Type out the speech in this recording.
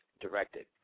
directed